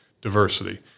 diversity